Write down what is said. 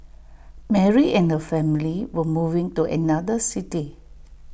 Mary and her family were moving to another city